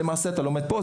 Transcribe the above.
למעשה, אתה לומד פה.